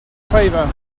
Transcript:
favor